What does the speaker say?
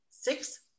six